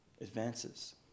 advances